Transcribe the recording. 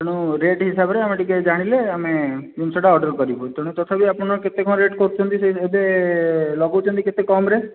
ତେଣୁ ରେଟକ ହିସାବରେ ଆମେ ଟିକେ ଜାଣିଲେ ଆମେ ଜିନିଷ ଟା ଅର୍ଡର କରିବୁ ତେଣୁ ତଥାପି ଆପଣ କେତେ କ'ଣ ରେଟ କରୁଛନ୍ତି ଏବେ ଲଗଉଛନ୍ତି କେତେ କମରେ